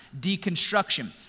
deconstruction